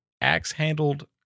axe-handled